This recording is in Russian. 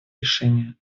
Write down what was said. решения